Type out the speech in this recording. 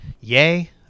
Yay